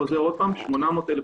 יחד עם עמותת "שומרי הבית"